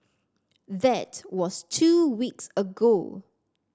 that was two weeks ago